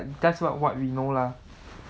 that's what what we know lah